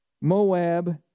Moab